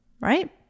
right